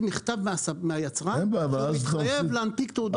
מכתב מהיצרן שהוא מתחייב להנפיק תעודות מקור.